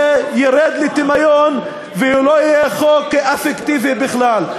ירד לטמיון ולא יהיה חוק אפקטיבי בכלל.